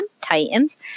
Titans